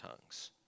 tongues